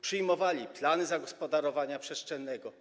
przyjmowali plany zagospodarowania przestrzennego?